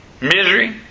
misery